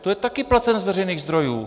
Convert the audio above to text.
To je taky placen z veřejných zdrojů.